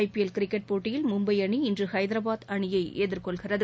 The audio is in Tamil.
ஐ பி எல் கிரிக்கெட் போட்டியில் மும்பை அணி இன்று ஹைதராபாத் அணியை எதிர்கொள்கிறது